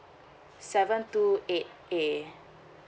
seven two eight eight